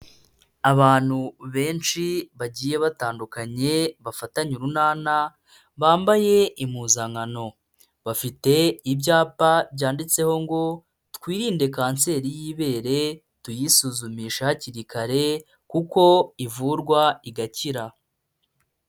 Abantu benshi bagiye batandukanye bafatanye urunana bambaye impuzankano; bafite ibyapa byanditseho ngo "twirinde kanseri y'ibere, tuyisuzumisha hakiri kare kuko ivurwa igakira".